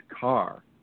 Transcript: car